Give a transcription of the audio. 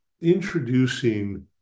introducing